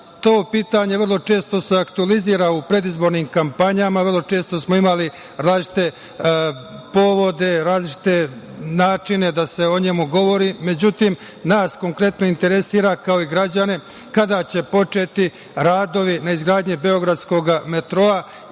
To pitanje često se aktuelizira u predizbornim kampanjama. Vrlo često smo imali različite povode, različite načine da se o njemu govori. Međutim, nas konkretno interesuje, kao i građane, kada će početi radovi na izgradnji beogradskom metroa